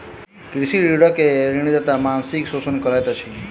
ऋणी कृषक के ऋणदाता मानसिक शोषण करैत अछि